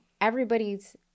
everybody's